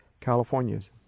Californias